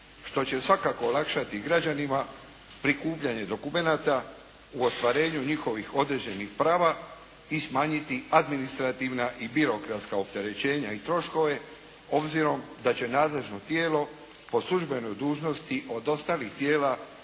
što će svakako olakšati građanima prikupljanje dokumenata u ostvarenju njihovih određenih prava i smanjiti administrativna i birokratska opterećenja i troškove obzirom da će nadležno tijelo po službenoj dužnosti od ostalih tijela